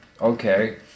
okay